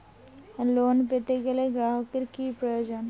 Loan পেতে গেলে গ্রাহকের কি প্রয়োজন?